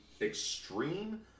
extreme